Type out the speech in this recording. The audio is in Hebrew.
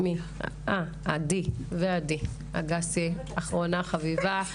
ועדי אגסי, אחרונה חביבה.